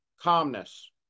calmness